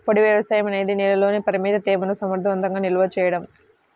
పొడి వ్యవసాయం అనేది నేలలోని పరిమిత తేమను సమర్థవంతంగా నిల్వ చేయడం